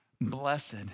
Blessed